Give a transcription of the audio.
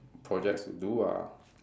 project to do ah